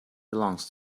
belongs